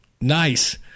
Nice